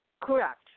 Correct